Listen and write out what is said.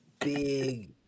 big